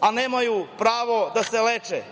a nemaju pravo da se leče?